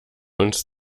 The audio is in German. uns